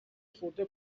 خورده